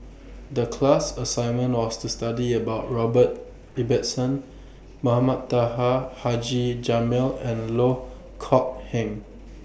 The class assignment was to study about Robert Ibbetson Mohamed Taha Haji Jamil and Loh Kok Heng